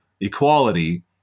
equality